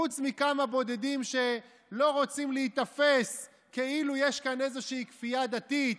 חוץ מכמה בודדים שלא רוצים להיתפס כאילו יש כאן איזושהי כפייה דתית,